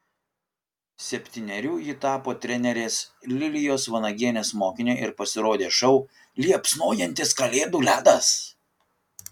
septynerių ji tapo trenerės lilijos vanagienės mokine ir pasirodė šou liepsnojantis kalėdų ledas